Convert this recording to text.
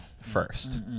first